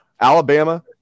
Alabama